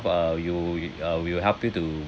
uh you y~ uh we will help you to